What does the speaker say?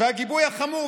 והגיבוי החמור,